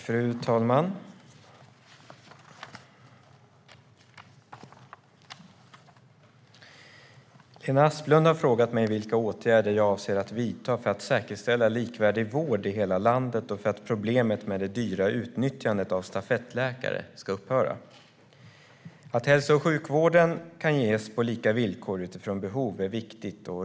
Fru talman! Lena Asplund har frågat mig vilka åtgärder jag avser att vidta för att säkerställa likvärdig vård i hela landet och för att problemet med det dyra utnyttjandet av stafettläkare ska upphöra. Att hälso och sjukvård kan ges på lika villkor utifrån behov är viktigt.